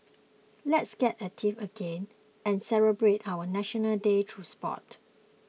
let's get active again and celebrate our National Day through sport